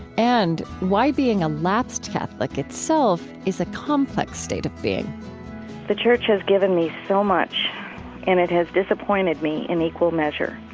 and why being a lapsed catholic itself is a complex state of being the church has given me so much and it has disappointed me in equal measure.